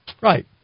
Right